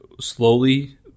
slowly